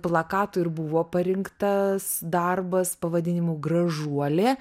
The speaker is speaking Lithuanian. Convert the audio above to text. plakatui ir buvo parinktas darbas pavadinimu gražuolė